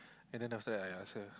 and then after that I ask her